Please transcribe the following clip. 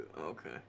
okay